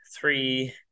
three